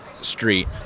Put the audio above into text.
street